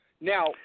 Now